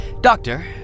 Doctor